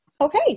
Okay